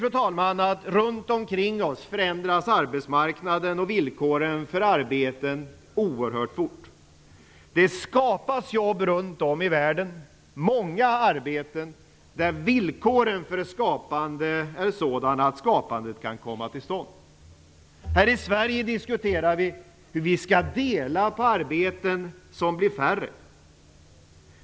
Faktum är att runt omkring oss förändras arbetsmarknaden och villkoren för arbete oerhört fort. Det skapas jobb runt om i världen, många arbeten, där villkoren för skapande är sådana att skapandet kan komma till stånd. Här i Sverige diskuterar vi hur vi skall dela på arbeten som blir färre.